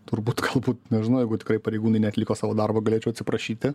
turbūt galbūt nežinau jeigu tikrai pareigūnai neatliko savo darbo galėčiau atsiprašyti